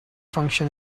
function